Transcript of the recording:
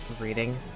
reading